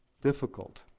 difficult